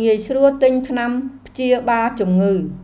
ងាយស្រួលទិញថ្នាំព្យាបាលជំងឺ។